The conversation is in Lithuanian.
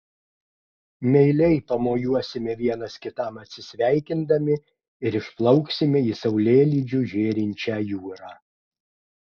meiliai pamojuosime vienas kitam atsisveikindami ir išplauksime į saulėlydžiu žėrinčią jūrą